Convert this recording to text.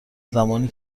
زمانی